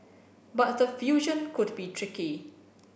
but the fusion could be tricky